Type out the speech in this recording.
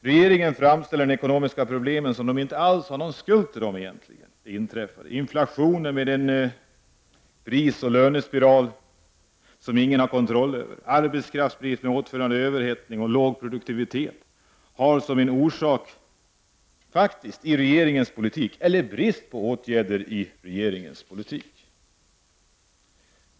Regeringen framställer de ekonomiska problemen som om den inte alls hade någon skuld i det inträffade. Inflationen med en prisoch lönespiral som ingen har kontroll över, arbetskraftsbrist med åtföljande överhettning och låg produktivitet har en orsak i regeringens politik — eller brist på åtgärder i regeringens politik.